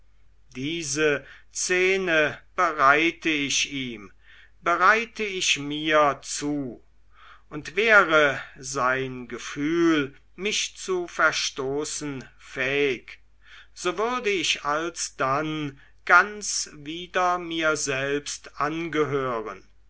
diese szene bereite ich ihm bereite ich mir zu und wäre sein gefühl mich zu verstoßen fähig so würde ich alsdann ganz wieder mir selbst angehören